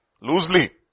loosely